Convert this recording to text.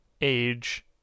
age